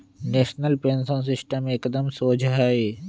national pension system एकदम शोझ हइ